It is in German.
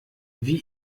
wie